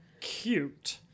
cute